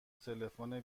تلفن